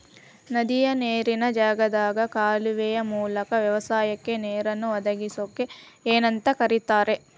ನದಿಯ ನೇರಿನ ಜಾಗದಿಂದ ಕಾಲುವೆಯ ಮೂಲಕ ವ್ಯವಸಾಯಕ್ಕ ನೇರನ್ನು ಒದಗಿಸುವುದಕ್ಕ ಏನಂತ ಕರಿತಾರೇ?